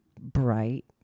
bright